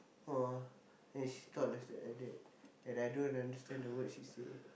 ah and she talk less like that and I don't understand a word she say